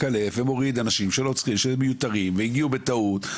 מקלף ומוריד אנשים שמיותרים והגיעו בטעות,